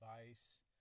advice